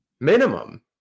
minimum